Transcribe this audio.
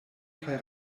kaj